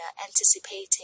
anticipating